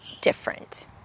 different